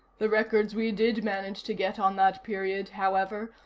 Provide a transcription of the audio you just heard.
the records we did manage to get on that period, however,